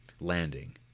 landing